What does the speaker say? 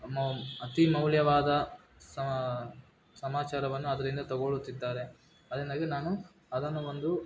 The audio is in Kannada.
ತಮ್ಮ ಅತಿ ಮೌಲ್ಯವಾದ ಸಮಾಚಾರವನ್ನು ಅದರಿಂದ ತಗೊಳ್ಳುತ್ತಿದ್ದಾರೆ ಅದರಿಂದಾಗಿ ನಾನು ಅದನ್ನು ಒಂದು